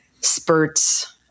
spurts